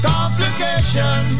Complication